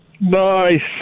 Nice